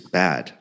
bad